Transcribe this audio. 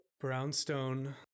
brownstone